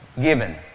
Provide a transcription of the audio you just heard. given